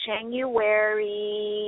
January